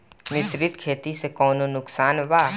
मिश्रित खेती से कौनो नुकसान वा?